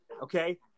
Okay